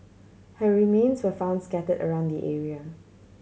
her remains were found scatter around the area